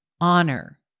honor